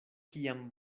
kiam